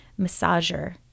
Massager